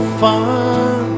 fun